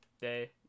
day